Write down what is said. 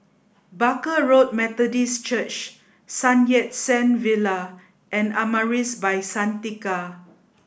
Barker Road Methodist Church Sun Yat Sen Villa and Amaris by Santika